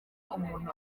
umuntu